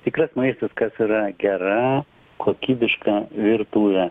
tikras maistas kas yra gera kokybiška virtuvė